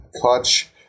Clutch